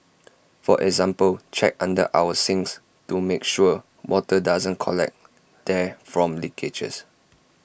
for example check under our sinks to make sure water doesn't collect there from leakages